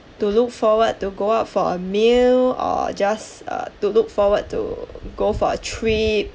to look forward to go out for a meal or just uh to look forward to go for a trip